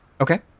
Okay